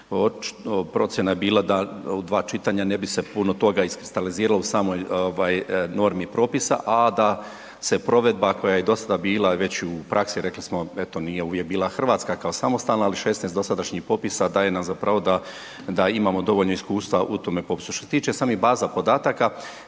procjena je bila da u dva čitanja ne bi se puno toga iskristaliziralo u samoj normi propisa a da se provedba koja je do sada bila već u praksi, rekli smo eto, nije uvijek bila Hrvatska kao samostalna ali 6 dosadašnjih popisa daje nam za pravo da imamo dovoljno iskustva u tom popisu. Što se tiče samih baza podataka,